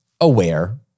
aware